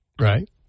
Right